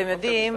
אתם יודעים,